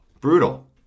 brutal